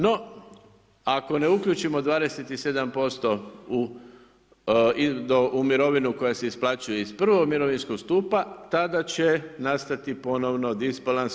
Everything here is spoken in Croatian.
No, ako ne uključimo 27% u mirovinu koja se isplaćuje iz I mirovinskog stupa, tada će nastati ponovno disbalans.